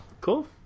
cool